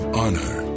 honor